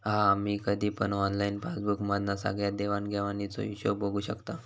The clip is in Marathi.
हा आम्ही कधी पण ऑनलाईन पासबुक मधना सगळ्या देवाण घेवाणीचो हिशोब बघू शकताव